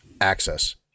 access